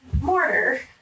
mortar